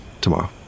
tomorrow